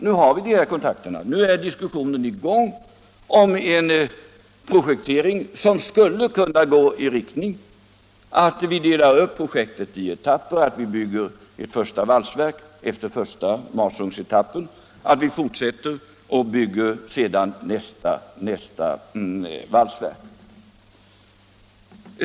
Nu har vi dem, nu är diskussionen i gång om en projektering som skulle kunna gå i riktning mot att vi delar upp projektet i etapper, så att vi bygger ett första valsverk efter första masugnsetappen och sedan fortsätter med nästa masungsutbyggnad och ett ytterligare valsverk.